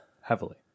heavily